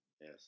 Yes